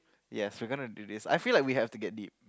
yes we're gonna do this I feel like we have to get it